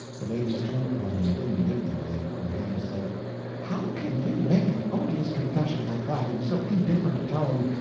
the ladies turned upon him indignantly, and hannah said how can you make an odious confession like that, in so indifferent a tone,